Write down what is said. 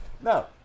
No